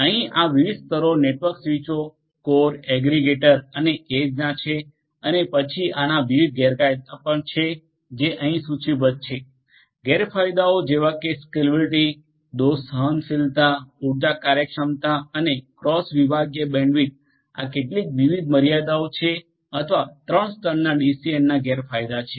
અહીં આ વિવિધ સ્તરો નેટવર્ક સ્વીચો કોર એગ્રિગેટર અને એજના છે અને પછી આના વિવિધ ગેરફાયદા પણ છે જે અહીં સૂચિબદ્ધ છે ગેરફાયદાઓ જેવા કે સ્કેલેબિલીટી દોષ સહનશીલતા ઉર્જા કાર્યક્ષમતા અને ક્રોસ વિભાગીય બેન્ડવિડ્થ આ કેટલીક વિવિધ મર્યાદાઓ છે અથવા ત્રણ સ્તરના ડીસીએનના ગેરફાયદા છે